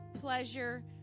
pleasure